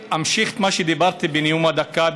אני אמשיך את מה שאמרתי בנאום הדקה,